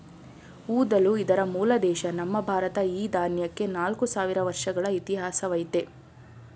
ಊದಲು ಇದರ ಮೂಲ ದೇಶ ನಮ್ಮ ಭಾರತ ಈ ದಾನ್ಯಕ್ಕೆ ನಾಲ್ಕು ಸಾವಿರ ವರ್ಷಗಳ ಇತಿಹಾಸವಯ್ತೆ